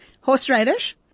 horseradish